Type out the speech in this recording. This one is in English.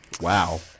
Wow